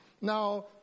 Now